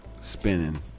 spinning